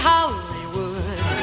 Hollywood